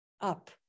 up